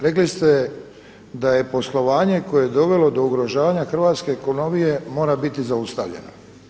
Rekli ste da je poslovanje koje je dovelo do ugrožavanja hrvatske ekonomije mora biti zaustavljeno.